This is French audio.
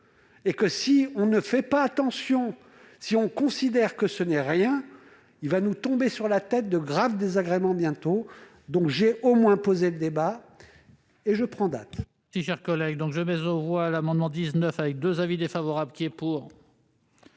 et que, si l'on n'y fait pas attention, si l'on considère que ce n'est rien, il va bientôt nous tomber sur la tête de graves désagréments. J'aurai au moins posé le débat et je prends date.